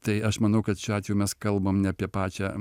tai aš manau kad šiuo atveju mes kalbam ne apie pačią